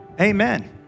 Amen